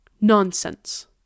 Nonsense